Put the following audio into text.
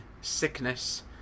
sickness